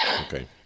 Okay